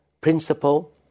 principle